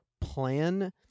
plan